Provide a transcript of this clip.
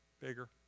bigger